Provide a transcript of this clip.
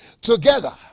together